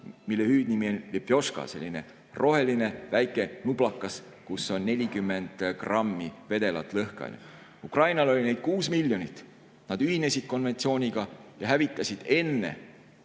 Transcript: mille hüüdnimi on "lepjoška", see on selline roheline väike jublakas, kus on 40 grammi vedelat lõhkeainet. Ukrainal oli neid 6 miljonit. Nad ühinesid konventsiooniga ja hävitasid enne